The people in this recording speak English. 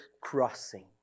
crossing